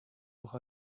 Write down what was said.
auch